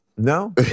no